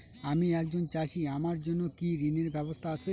আমি একজন চাষী আমার জন্য কি ঋণের ব্যবস্থা আছে?